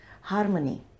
harmony